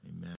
Amen